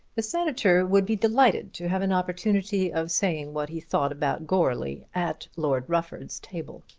the senator would be delighted to have an opportunity of saying what he thought about goarly at lord rufford's table.